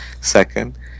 second